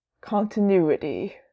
continuity